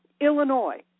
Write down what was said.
Illinois